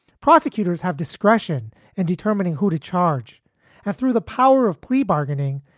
prosecutors have discretion in determining who to charge ah through the power of plea bargaining.